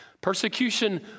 Persecution